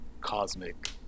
cosmic